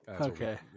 Okay